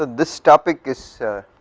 this topic is